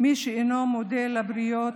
מי שאינו מודה לבריות,